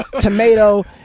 tomato